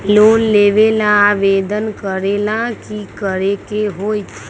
Loan लेबे ला आवेदन करे ला कि करे के होतइ?